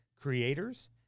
creators